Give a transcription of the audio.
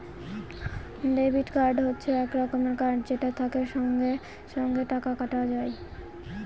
debit card হচ্ছে এক রকমের কার্ড যেটা থেকে সঙ্গে সঙ্গে টাকা কাটানো যায়